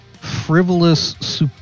frivolous